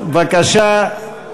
בבקשה,